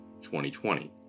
2020